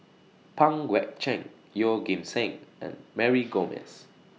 Pang Guek Cheng Yeoh Ghim Seng and Mary Gomes